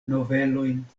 novelojn